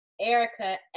erica